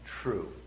True